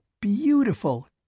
Beautiful